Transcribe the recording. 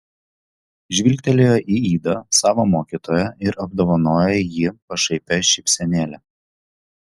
žvilgtelėjo į idą savo mokytoją ir apdovanojo jį pašaipia šypsenėle